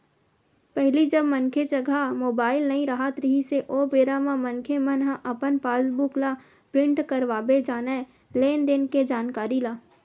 पहिली जब मनखे जघा मुबाइल नइ राहत रिहिस हे ओ बेरा म मनखे मन ह अपन पास बुक ल प्रिंट करवाबे जानय लेन देन के जानकारी ला